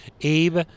Abe